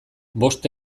bost